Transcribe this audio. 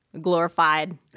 glorified